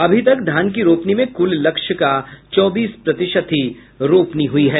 अभी तक धान की रोपनी में कुल लक्ष्य का चौबीस प्रतिशत ही रोपनी हुई है